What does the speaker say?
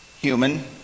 human